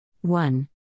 one